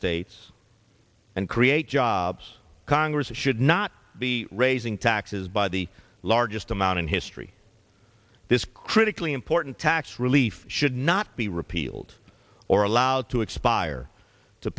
states and create jobs congress should not be raising taxes by the largest amount in history this critically important tax relief should not be repealed or allowed to expire to